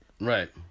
Right